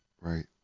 Right